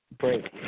break